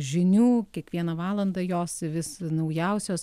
žinių kiekvieną valandą jos vis naujausios